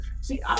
see